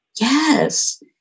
Yes